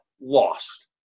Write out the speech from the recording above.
lost